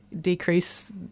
decrease